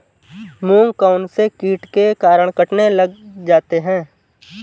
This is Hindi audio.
मूंग कौनसे कीट के कारण कटने लग जाते हैं?